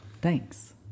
Thanks